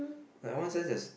like one sense there's